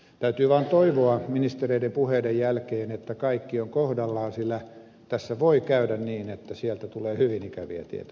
täytyy vain toivoa ministereiden puheiden jälkeen että kaikki on kohdallaan sillä tässä voi käydä niin että sieltä tulee hyvin ikäviä tietoja